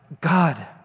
God